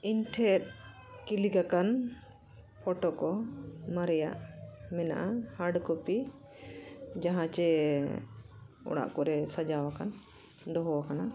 ᱤᱧ ᱴᱷᱮᱱ ᱠᱤᱞᱤᱠ ᱟᱠᱟᱱ ᱯᱷᱳᱴᱳ ᱠᱚ ᱢᱟᱨᱮᱭᱟᱜ ᱢᱮᱱᱟᱜᱼᱟ ᱦᱟᱨᱰ ᱠᱚᱯᱤ ᱡᱟᱦᱟᱸ ᱥᱮ ᱚᱲᱟᱜ ᱠᱚᱨᱮ ᱥᱟᱡᱟᱣ ᱟᱠᱟᱱ ᱫᱚᱦᱚᱣᱟᱠᱟᱱᱟ